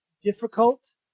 difficult